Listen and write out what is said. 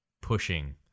pushing